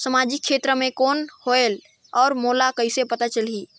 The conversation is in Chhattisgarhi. समाजिक क्षेत्र कौन होएल? और मोला कइसे पता चलही?